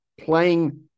playing